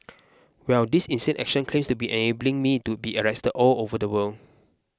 well this insane action claims to be enabling me to be arrested all over the world